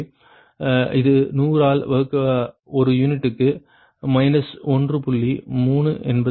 எனவே இது 100 ஆல் வகுக்க ஒரு யூனிட்டுக்கு 1